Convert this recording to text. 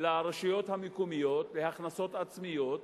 להכנסות עצמיות